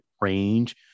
range